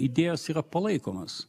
idėjos yra palaikomos